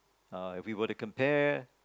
uh if we were to compare